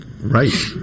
Right